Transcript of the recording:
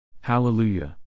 Hallelujah